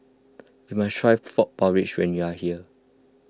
you must try Frog Porridge when you are here